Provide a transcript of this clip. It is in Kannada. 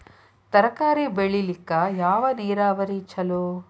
ತರಕಾರಿ ಬೆಳಿಲಿಕ್ಕ ಯಾವ ನೇರಾವರಿ ಛಲೋ?